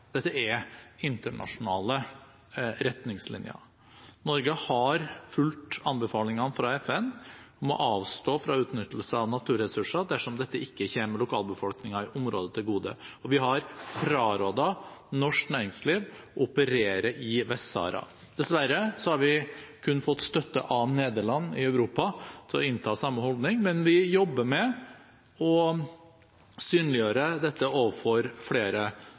Dette er internasjonale retningslinjer. Norge har fulgt anbefalingene fra FN om å avstå fra utnyttelse av naturressurser dersom dette ikke kommer lokalbefolkningen i området til gode. Og vi har frarådet norsk næringsliv å operere i Vest-Sahara. Dessverre har vi kun fått støtte av Nederland i Europa til å innta samme holdning, men vi jobber med å synliggjøre dette overfor flere